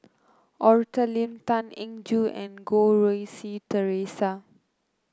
Arthur Lim Tan Eng Joo and Goh Rui Si Theresa